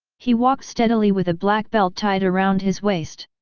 he walked steadily with a black belt tied around his waist.